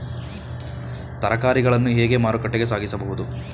ತರಕಾರಿಗಳನ್ನು ಹೇಗೆ ಮಾರುಕಟ್ಟೆಗೆ ಸಾಗಿಸಬಹುದು?